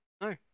No